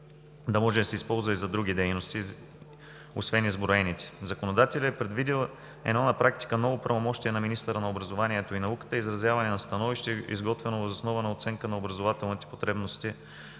да може да се използва и за други дейности освен изброените. Законодателят е предвидил едно на практика ново правомощие на министъра на образованието и науката: изразяване на становище, изготвено въз основа на оценка на образователните потребности